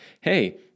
Hey